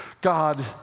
God